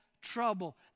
trouble